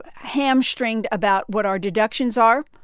hamstringed about what our deductions are,